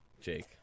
jake